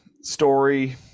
story